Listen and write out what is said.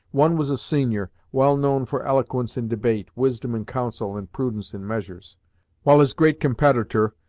one was a senior, well known for eloquence in debate, wisdom in council, and prudence in measures while his great competitor,